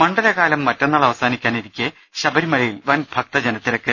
മണ്ഡലകാലം മറ്റന്നാൾ അവസാനിക്കാനിരിക്കെ ശബരിമലയിൽ വൻ ഭക്തജനത്തിരക്ക്